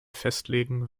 festlegen